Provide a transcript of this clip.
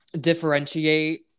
differentiate